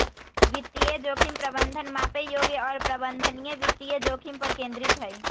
वित्तीय जोखिम प्रबंधन मापे योग्य और प्रबंधनीय वित्तीय जोखिम पर केंद्रित हई